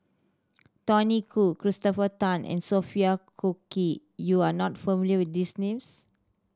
Tony Khoo Christopher Tan and Sophia Cookie you are not familiar with these names